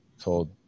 told